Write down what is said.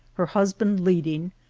her husband leading,